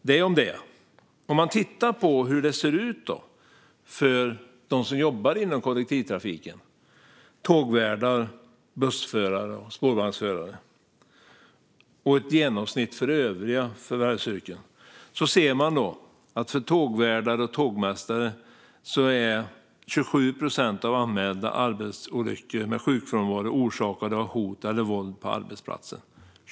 Det om det. Om man tittar på hur det ser ut för dem som jobbar inom kollektivtrafiken - tågvärdar, bussförare, spårvagnsförare - och jämför med ett genomsnitt för övriga förvärvsyrken ser man att för tågvärdar och tågmästare är 27 procent av anmälda arbetsolyckor med sjukfrånvaro orsakade av hot eller våld på arbetsplatsen.